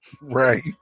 right